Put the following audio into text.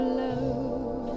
love